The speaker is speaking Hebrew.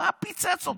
מה פוצץ אותך?